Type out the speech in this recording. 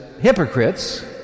hypocrites